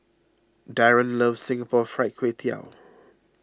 Daren loves Singapore Fried Kway Tiao